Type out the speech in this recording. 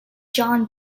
john